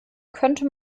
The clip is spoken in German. könnte